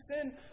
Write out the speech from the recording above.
sin